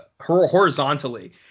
horizontally